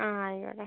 ആ ആയിക്കോട്ടെ